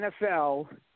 NFL